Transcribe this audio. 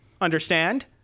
Understand